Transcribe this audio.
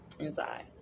inside